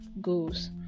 goals